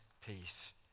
peace